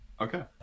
okay